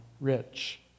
rich